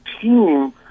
team